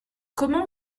comment